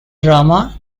drama